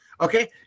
Okay